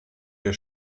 der